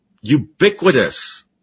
ubiquitous